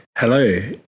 Hello